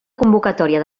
convocatòria